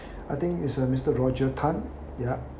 I think is uh mister roger tan yup